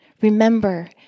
Remember